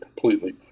completely